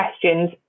questions